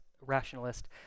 rationalist